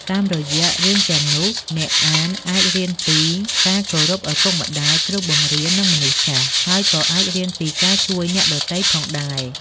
តាមរយៈរឿងទាំងនោះ អ្នកអានអាចរៀនពីការគោរពឪពុកម្តាយ គ្រូបង្រៀន និងមនុស្សចាស់ ហើយក៏អាចរៀនពីការជួយអ្នកដទៃផងដែរ។